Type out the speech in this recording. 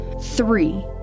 Three